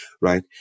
right